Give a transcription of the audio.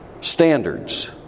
standards